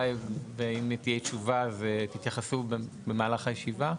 ואם תהיה תשובה אז תתייחסו במהלך הישיבה,